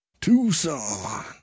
Tucson